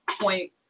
point